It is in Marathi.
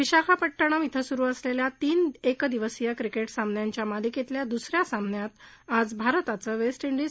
विशाखापष्टणम श्वे सुरु असलेल्या तीन एकदिवसीय क्रिक्टीसामन्यांच्या मालिक्तिल्या दुसऱ्या सामन्यात आज भारताचं वस्तिइंडीज